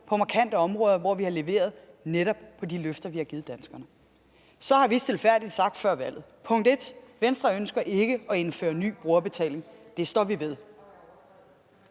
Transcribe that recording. på markante områder, hvor vi har leveret netop på de løfter, vi har givet danskerne. Så har vi stilfærdigt sagt før valget: Venstre ønsker ikke at indføre ny brugerbetaling. Det står vi ved.